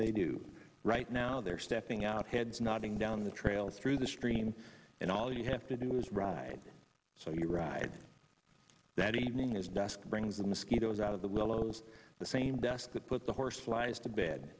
they do right now they're stepping out heads nodding down the trails through the stream and all you have to do is ride so you ride that evening his desk brings the mosquitoes out of the willows same desk that put the horseflies to bed